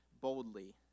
boldly